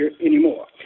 anymore